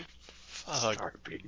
Fuck